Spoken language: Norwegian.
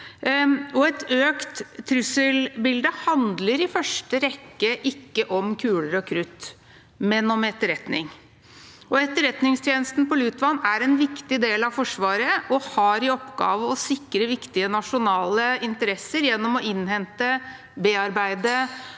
et økt trusselbilde handler i første rekke ikke om kuler og krutt, men om etterretning. Etterretningstjenesten på Lutvann er en viktig del av Forsvaret og har i oppgave å sikre viktige nasjonale interesser gjennom å innhente, bearbeide